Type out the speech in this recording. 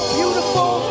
beautiful